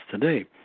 today